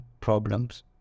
Problems